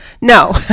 No